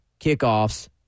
kickoffs